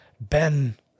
Ben